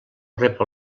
rep